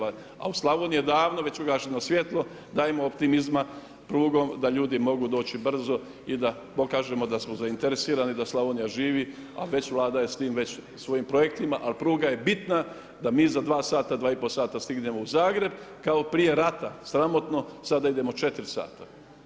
A u Slavoniji je davno već ugašeno svjetlo, dajmo optimizma prugom da ljudi mogu doći brzo i da pokažemo da smo zainteresirani, da Slavonija živi a već Vlada je s tim već svojim projektima, ali pruga je bitna da mi za 2 sata, 2,5 sata stignemo u Zagreb kao prije rata, sramotno sada idemo 4 sata.